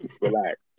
Relax